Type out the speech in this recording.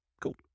Cool